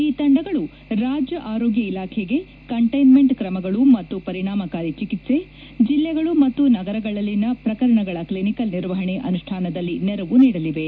ಈ ತಂಡಗಳು ರಾಜ್ಯ ಆರೋಗ್ವ ಇಲಾಖೆಗೆ ಕಂಟೈನ್ನೆಂಟ್ ಕ್ರಮಗಳು ಮತ್ತು ಪರಿಣಾಮಕಾರಿ ಚಿಕಿತ್ಸೆ ಜಿಲ್ಲೆಗಳು ಮತ್ತು ನಗರಗಳಲ್ಲಿನ ಪ್ರಕರಣಗಳ ಕ್ಲಿನಿಕಲ್ ನಿರ್ವಹಣೆ ಅನುಷ್ಯಾನದಲ್ಲಿ ನೆರವು ನೀಡಲಿವೆ